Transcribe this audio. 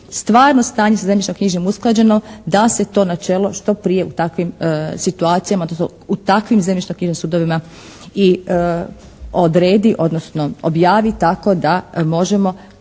stvarno stanje sa zemljišno-knjižnim usklađeno da se to načelo što prije u takvim situacijama, odnosno u takvim zemljišno-knjižnim sudovima i odredi, odnosno objavi tako da možemo